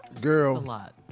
Girl